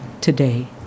today